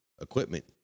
equipment